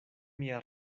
mia